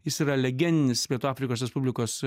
jis yra legendinis pietų afrikos respublikos